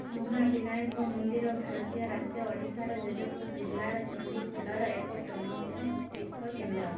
ମହାବିନାୟକ ମନ୍ଦିର ଭାରତୀୟ ରାଜ୍ୟ ଓଡ଼ିଶାର ଜଜପୁର ଜିଲ୍ଲାର ଚଣ୍ଡିଖୋଲର ଏକ ପ୍ରମୁଖ ତୀର୍ଥକେନ୍ଦ୍ର